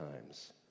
times